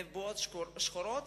נבואות שחורות,